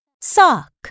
sock